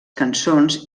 cançons